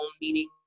meaning